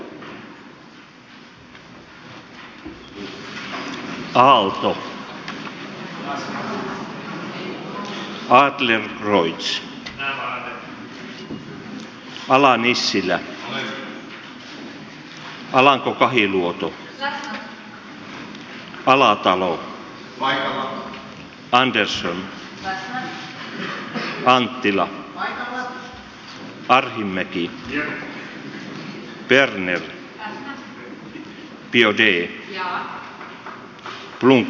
toivotan kaikki tervetulleiksi tänne sibelius taloon sibeliuksen juhlavuotena aloittamaan vastuullista työtämme isänmaan hyväksi